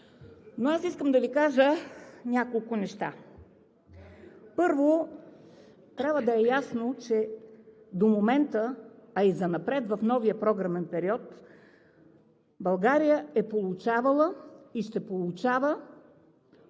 Но аз искам да Ви кажа няколко неща. Първо, трябва да е ясно, че до момента, а и занапред в новия програмен период България е получавала и ще получава